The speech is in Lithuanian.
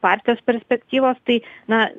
partijos perspektyvos tai na